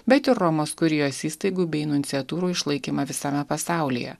bet ir romos kurijos įstaigų bei nunciatūrų išlaikymą visame pasaulyje